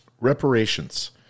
Reparations